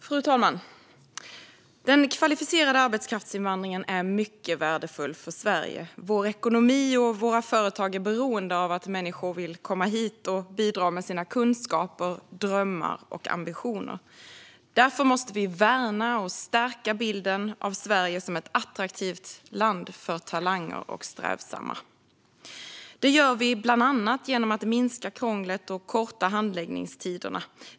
Fru talman! Den kvalificerade arbetskraftsinvandringen är mycket värdefull för Sverige. Vår ekonomi och våra företag är beroende av att människor vill komma hit och bidra med sina kunskaper, drömmar och ambitioner. Därför måste vi värna och stärka bilden av Sverige som ett attraktivt land för talanger och strävsamma. Det gör vi bland annat genom att minska krånglet och korta handläggningstiderna.